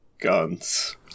guns